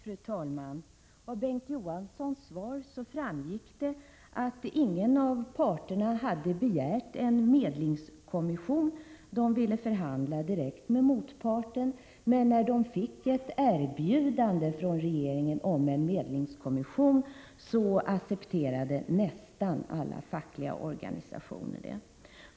Fru talman! Av Bengt K. Å. Johanssons svar framgick att ingen av parterna hade begärt en medlingskommission. Parterna ville förhandla direkt med motparten. Men när de fick ett erbjudande från regeringen om en medlingskommission, accepterade nästan alla fackliga organisationer.